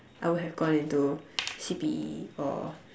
I would have gone into C_P_E or